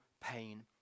pain